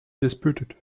disputed